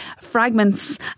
fragments